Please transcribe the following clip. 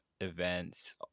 events